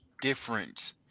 different